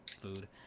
food